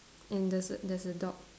and there's a there's a dog